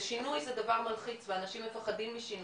ושינוי זה דבר מלחיץ, ואנשים מפחדים משינוי.